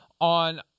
on